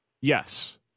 Yes